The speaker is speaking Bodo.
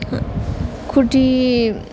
कुर्टि